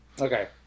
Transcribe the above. Okay